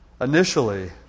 initially